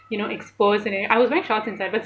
you know exposed and I was wearing shorts inside but